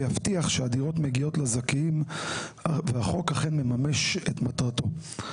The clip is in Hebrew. ויבטיח שהדירות מגיעות לזכאים והחוק אכן מממש את מטרתו.